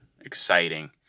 exciting